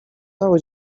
cały